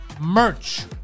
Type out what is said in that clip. merch